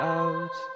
out